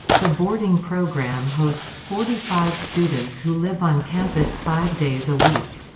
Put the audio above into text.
the boarding program hosts forty five students who live on campus five days a week.